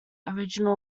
original